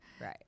Right